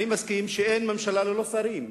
אני מסכים שאין ממשלה ללא שרים,